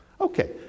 okay